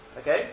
Okay